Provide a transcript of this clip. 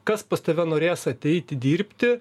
kas pas tave norės ateiti dirbti